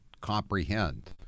comprehend